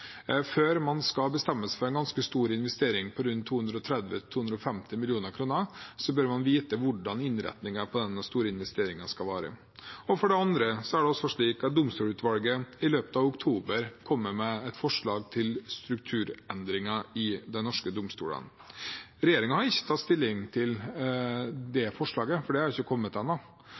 Før man skal bestemme seg for en ganske stor investering – rundt 230–250 mill. kr – bør man vite hvordan innretningen på den store investeringen skal være. For det andre kommer domstolutvalget i løpet av oktober med et forslag til strukturendringer i de norske domstolene. Regjeringen har ikke tatt stilling til det forslaget, for det har ikke kommet ennå,